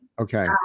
Okay